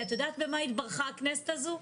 כי את יודעת במה התברכה הכנסת הזו?